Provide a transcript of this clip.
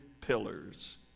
pillars